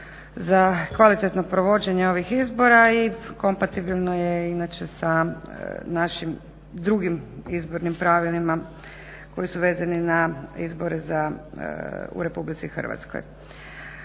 za kvalitetno provođenje ovih izbora i kompatibilno je inače sa našim drugim izbornim pravilima koji su vezani na izbore za, u RH. Smatramo